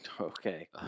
Okay